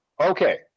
Okay